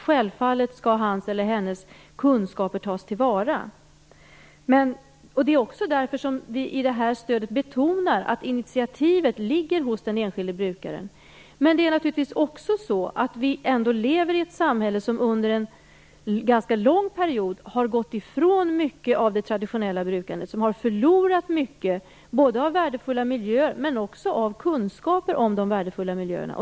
Självfallet skall hans eller hennes kunskaper tas till vara. Det är därför som vi i stödet betonar att initiativet ligger hos den enskilde brukaren. Men vi lever också i ett samhälle som under en ganska lång period har gått ifrån mycket av det traditionella brukandet och som har förlorat mycket av både värdefulla miljöer och kunskaper om de värdefulla miljöerna.